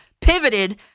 pivoted